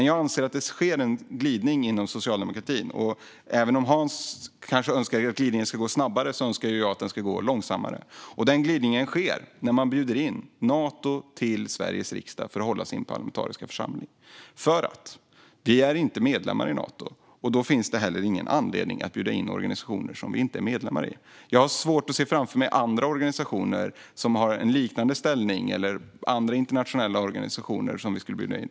Jag anser dock att det sker en glidning inom socialdemokratin, och även om Hans kanske önskar att glidningen skulle gå snabbare önskar jag att den ska gå långsammare. Glidningen sker när vi bjuder in Nato till Sveriges riksdag för att hålla sin parlamentariska församlings session eftersom vi inte är medlemmar i Nato, och det finns ingen anledning att bjuda in organisationer som vi inte är medlemmar i. Jag har svårt att se att det finns andra organisationer med en liknande ställning eller andra internationella organisationer som vi skulle bjuda in.